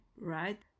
right